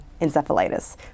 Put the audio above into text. encephalitis